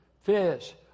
fish